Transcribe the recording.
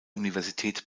universität